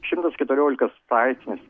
šimtas keturioliktas straipsnis